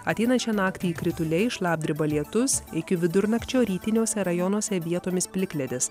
ateinančią naktį krituliai šlapdriba lietus iki vidurnakčio rytiniuose rajonuose vietomis plikledis